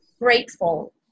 grateful